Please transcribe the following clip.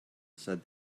said